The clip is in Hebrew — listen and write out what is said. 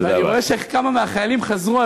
אני רואה שכמה מהחיילים חזרו,